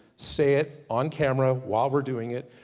say it on camera while we're doing it,